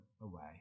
away